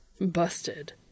Busted